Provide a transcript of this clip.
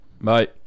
Bye